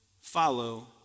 Follow